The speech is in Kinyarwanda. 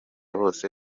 bose